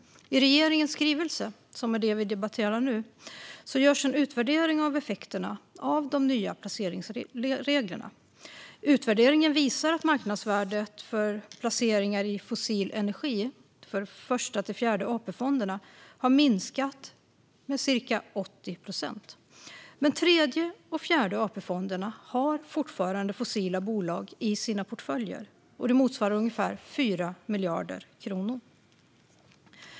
I regeringens skrivelse, som vi nu debatterar, görs en utvärdering av effekterna av de nya placeringsreglerna. Utvärderingen visar att marknadsvärdet för placeringar i fossil energi för Första-Fjärde AP-fonden har minskat med cirka 80 procent, men Tredje och Fjärde AP-fonden har fortfarande fossila bolag i sina portföljer motsvarande ungefär 4 miljarder kronor.